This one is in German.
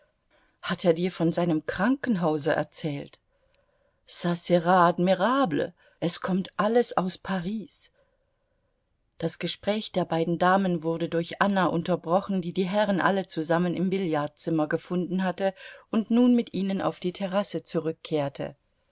hat er dir von seinem krankenhause erzählt a sera admirable es kommt alles aus paris das gespräch der beiden damen wurde durch anna unterbrochen die die herren alle zusammen im billardzimmer gefunden hatte und nun mit ihnen auf die terrasse zurückkehrte